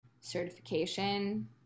certification